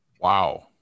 wow